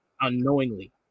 unknowingly